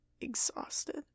exhausted